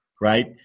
right